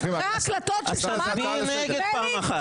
אז תצביעי נגד פעם אחת, טלי.